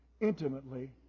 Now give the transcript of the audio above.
intimately